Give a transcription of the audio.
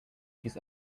his